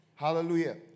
Hallelujah